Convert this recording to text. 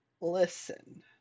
Listen